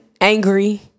angry